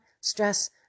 stress